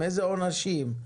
אילו עונשים הוטלו?